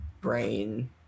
brain